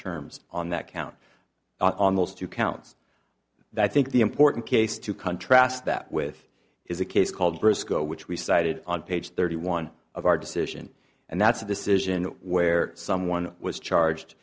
terms on that count on those two counts that i think the important case to contrast that with is a case called briscoe which we cited on page thirty one of our decision and that's a decision where someone was charged